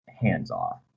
hands-off